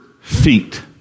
feet